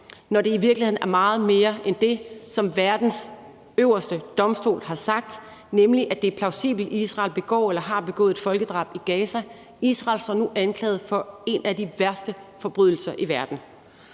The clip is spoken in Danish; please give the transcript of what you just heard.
når det i virkeligheden er meget mere end det, som verdens øverste domstol har sagt, nemlig at det er plausibelt, at Israel begår eller har begået et folkedrab i Gaza; Israel står nu anklaget for en af de værste forbrydelser i verden.